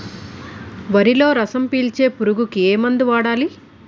వరిలో రసం పీల్చే పురుగుకి ఏ మందు వాడాలి?